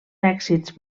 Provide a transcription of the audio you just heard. èxits